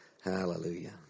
Hallelujah